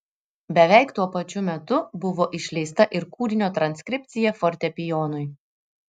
beveik tuo pačiu metu buvo išleista ir kūrinio transkripcija fortepijonui